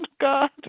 God